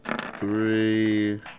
Three